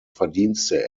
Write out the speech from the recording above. verdienste